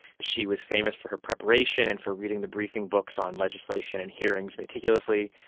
she was famous for her preparation and for reading the briefing books on legislation and hearings meticulously,